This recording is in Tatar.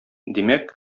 димәк